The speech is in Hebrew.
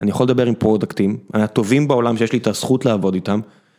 אני יכול לדבר עם פרודקטים, הטובים בעולם שיש לי את הזכות לעבוד איתם.